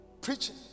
Preaching